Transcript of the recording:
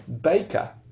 baker